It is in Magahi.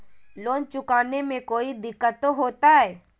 लोन चुकाने में कोई दिक्कतों होते?